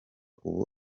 ubu